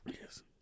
yes